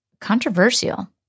controversial